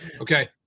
Okay